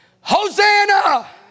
Hosanna